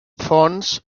fons